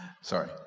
Sorry